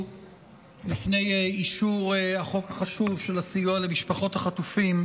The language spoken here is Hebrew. לפני אישור החוק החשוב של הסיוע למשפחות החטופים,